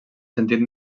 sentit